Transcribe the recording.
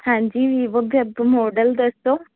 ਹਾਂਜੀ Vivo model ਦੱਸੋ